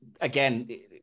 again